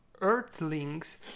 earthlings